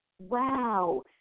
wow